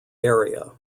area